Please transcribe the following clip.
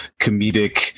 comedic